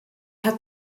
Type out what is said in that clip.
hat